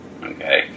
Okay